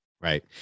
Right